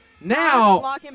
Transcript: now